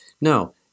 No